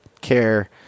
care